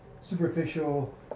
superficial